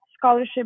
scholarship